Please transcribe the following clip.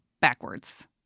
backwards